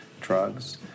drugs